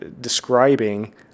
describing